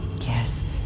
Yes